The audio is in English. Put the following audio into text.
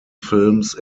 films